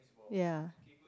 ye